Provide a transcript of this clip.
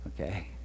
okay